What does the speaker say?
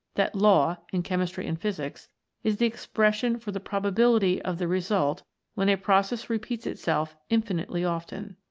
that law in chemistry and physics is the expression for the probability of the result when a process repeats itself infinitely often.